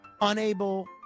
unable